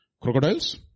Crocodiles